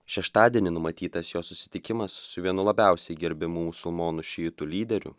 šeštadienį numatytas jo susitikimas su vienu labiausiai gerbiamų musulmonų šiitų lyderių